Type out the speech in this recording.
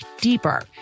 deeper